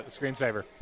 screensaver